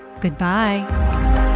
Goodbye